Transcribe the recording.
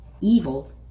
evil